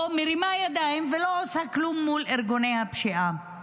מרימה ידיים ולא עושה כלום מול ארגוני הפשיעה.